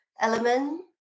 element